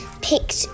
picked